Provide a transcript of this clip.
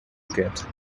cat